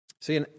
See